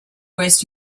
west